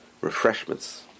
refreshments